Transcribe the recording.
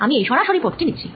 আমি এই সরাসরি পথটি নিচ্ছি